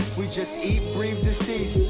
we just eat free